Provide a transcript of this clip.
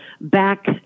back